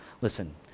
Listen